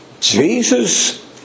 Jesus